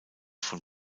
von